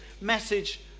message